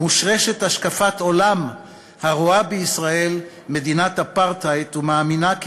מושרשת השקפת עולם הרואה בישראל מדינת אפרטהייד ומאמינה כי